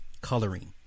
Coloring